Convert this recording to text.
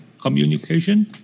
communication